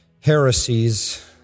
heresies